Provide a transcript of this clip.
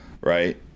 right